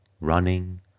running